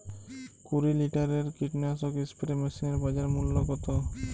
কুরি লিটারের কীটনাশক স্প্রে মেশিনের বাজার মূল্য কতো?